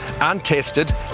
untested